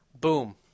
Boom